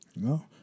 No